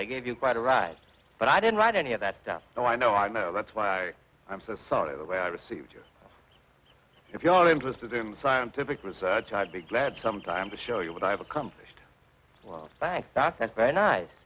they gave you quite a ride but i didn't write any of that stuff so i know i know that's why i'm so sorry the way i received yours if you are interested in the scientific research i'd be glad some time to show you what i have accomplished well that's very nice